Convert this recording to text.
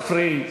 את לא תפריעי.